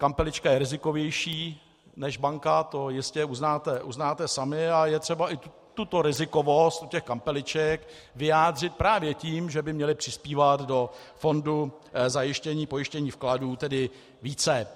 Kampelička je rizikovější než banka, to jistě uznáte sami, a je třeba i tuto rizikovost u těch kampeliček vyjádřit právě tím, že by měly přispívat do fondu pojištění vkladů tedy více.